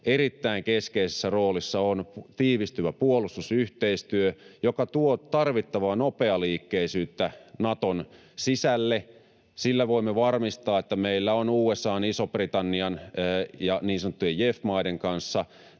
erittäin keskeisessä roolissa on tiivistyvä puolustusyhteistyö, joka tuo tarvittavaa nopealiikkeisyyttä Naton sisälle. Sillä voimme varmistaa, että meillä on USA:n, Ison-Britannian ja niin sanottujen JEF-maiden kanssa